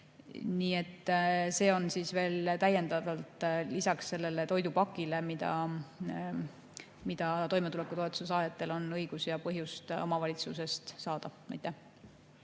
Nii et see on veel täiendavalt lisaks sellele toidupakile, mida toimetulekutoetuse saajatel on õigus ja põhjust omavalitsusest saada. Aitäh!